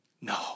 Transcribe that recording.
no